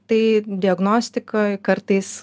tai diagnostikoj kartais